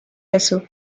faso